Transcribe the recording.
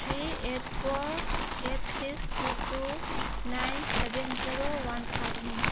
three eight four eight six two two nine seven zero one ꯐꯥꯏꯚꯅꯤ